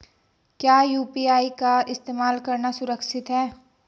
क्या यू.पी.आई का इस्तेमाल करना सुरक्षित है?